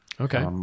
Okay